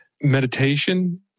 meditation